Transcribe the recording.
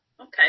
okay